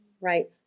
right